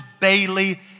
Bailey